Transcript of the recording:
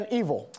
evil